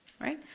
right